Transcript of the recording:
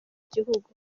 gihugu